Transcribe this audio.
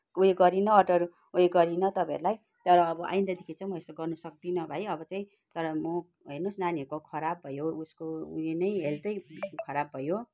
उयो गरिनँ अर्डर उयो गरिनँ तपाईँहरूलाई तर अब आइन्दादेखि चाहिँ म यस्तो गर्न सक्दिनँ भाइ अब चाहिँ तर म हेर्नुहोस् नानीहरूको खराब भयो उसको उयो नै हेल्थ नै खराब भयो